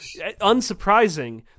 unsurprising